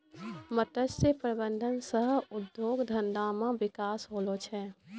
मत्स्य प्रबंधन सह उद्योग धंधा मे बिकास होलो छै